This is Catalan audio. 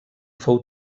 fou